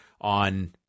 on